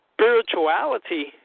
spirituality